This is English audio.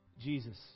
Jesus